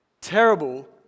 terrible